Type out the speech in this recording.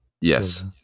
Yes